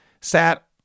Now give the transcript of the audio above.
sat